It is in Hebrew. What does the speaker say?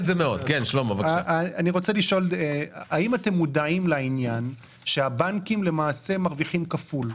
האם אתם מודעים לעניין שהבנקים למעשה מרוויחים כפול?